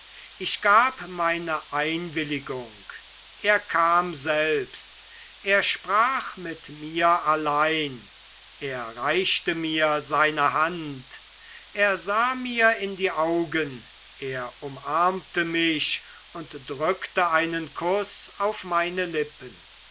ich gab meine einwilligung er kam selbst er sprach mit mir allein er reichte mir seine hand er sah mir in die augen er umarmte mich und drückte einen kuß auf meine lippen